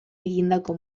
egindako